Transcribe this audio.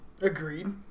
Agreed